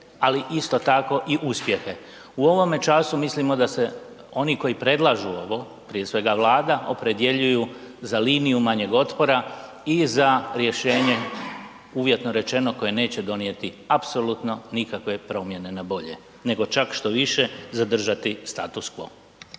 ali isto tako i uspjehe. U ovome času mislimo da se oni koji predlažu ovo, prije svega, Vlada, opredjeljuju za liniju manjeg otpora i za rješenje uvjetno rečeno, koje neće donijeti apsolutno nikakve promjene na bolje, nego čak, štoviše zadržati status quo.